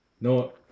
No